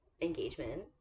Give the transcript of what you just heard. engagement